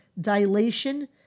dilation